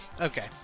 Okay